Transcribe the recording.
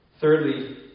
Thirdly